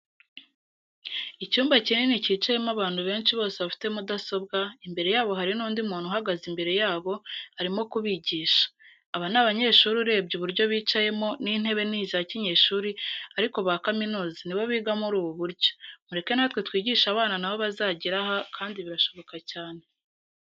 Icyumba kinini kicayemo abantu benshi bose bafite mudasobwa, imbere yabo hari n'undi muntu uhagaze imbere yabo, arimo kubigisha. Aba ni abanyeshuri urebye uburyo bicayemo, n'intebe ni izakinyeshuri ariko ba kaminuza nibo biga muri ubu buryo. Mureke natwe twigishe abana nabo bazagere aha, kandi birashoboka cyane.